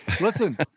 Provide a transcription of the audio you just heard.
Listen